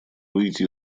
выйти